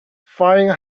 flying